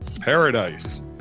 Paradise